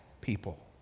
people